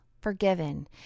forgiven